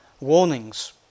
warnings